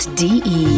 .de